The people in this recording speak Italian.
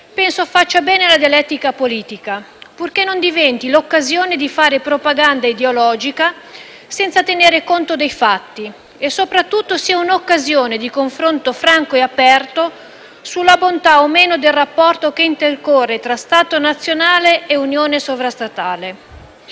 penso faccia bene alla dialettica politica. Questo purché non diventi l'occasione di fare propaganda ideologica senza tenere conto dei fatti. E soprattutto, purché sia un'occasione di confronto franco e aperto sulla bontà o meno del rapporto che intercorre tra Stato nazionale e unione sovrastatale.